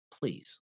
Please